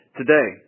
today